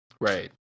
right